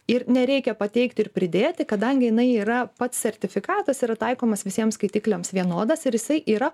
ir nereikia pateikt ir pridėti kadangi jinai yra pats sertifikatas yra taikomas visiems skaitikliams vienodas ir jisai yra